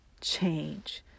change